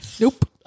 Nope